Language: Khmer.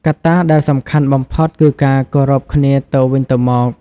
កត្តាដែលសំខាន់បំផុតគឺការគោរពគ្នាទៅវិញទៅមក។